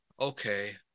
okay